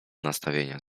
nastawienia